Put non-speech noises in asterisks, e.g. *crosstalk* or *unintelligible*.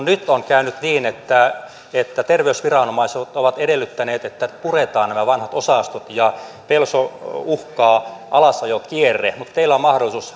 *unintelligible* nyt on käynyt niin että että terveysviranomaiset ovat edellyttäneet että puretaan nämä vanhat osastot ja pelsoa uhkaa alasajokierre mutta teillä on mahdollisuus *unintelligible*